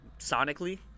sonically